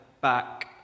back